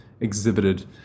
exhibited